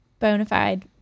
bonafide